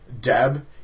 Deb